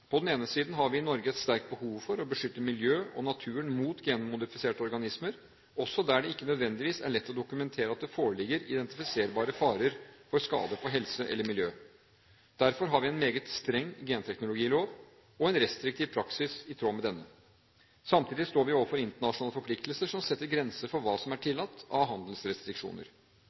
På den ene siden har vi i Norge et sterkt behov for å beskytte miljøet og naturen mot genmodifiserte organismer, også der det ikke nødvendigvis er lett å dokumentere at det foreligger identifiserbare farer for skade på helse eller miljø. Derfor har vi en meget streng genteknologilov og en restriktiv praksis i tråd med denne. Samtidig står vi overfor internasjonale forpliktelser som setter grenser for hva som er tillatt av handelsrestriksjoner.